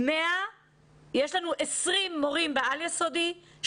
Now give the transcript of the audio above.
יש לנו 20 מורים בעל-יסודי,